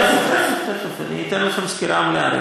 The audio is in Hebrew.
תכף, תכף, אני אתן לכם סקירה מלאה.